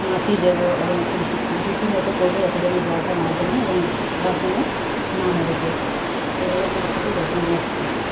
মাটি দেবো এবং একটু ঢিপি মতো করবো যাতে যেন জলটা না জমে এবং গাছ যেন না মরে যায় এভাবে আমি গাছেতে যত্ন নিয়ে থাকি